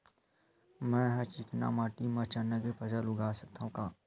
मै ह चिकना माटी म चना के फसल उगा सकथव का?